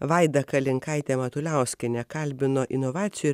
vaida kalinkaitė matuliauskienė kalbino inovacijų ir